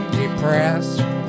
depressed